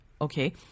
okay